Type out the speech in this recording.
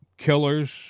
Killers